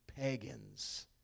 pagans